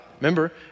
Remember